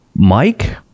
mike